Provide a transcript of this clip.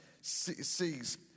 sees